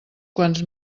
quants